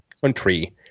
country